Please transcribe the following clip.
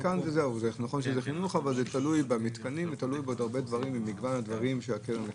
תלוי במתקנים ובעוד מגוון של דברים.